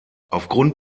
aufgrund